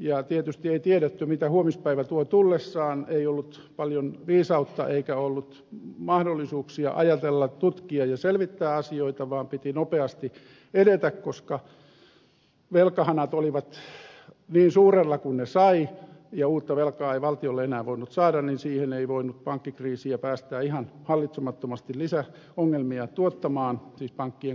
ja tietysti ei tiedetty mitä huomispäivä tuo tullessaan ei ollut paljon viisautta eikä ollut mahdollisuuksia ajatella tutkia ja selvittää asioita vaan piti nopeasti edetä koska velkahanat olivat niin suurella kuin ne sai ja uutta velkaa ei valtiolle enää voinut saada niin siihen ei voinut pankkikriisiä päästää ihan hallitsemattomasti lisäongelmia tuottamaan siis pankkien konkursseja